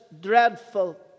dreadful